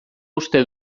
uste